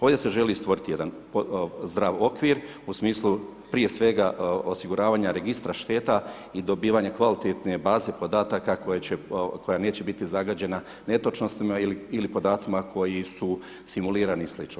Ovdje se želi stvoriti jedan zdrav okvir u smislu prije svega osiguravanja registra šteta i dobivanja kvalitetne baze podataka koja neće biti zagađena netočnostima ili podacima koji su simulirani i slično.